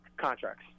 contracts